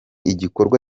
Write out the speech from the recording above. igikorwa